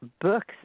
books